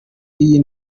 y’iyi